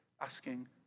asking